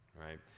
right